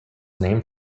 named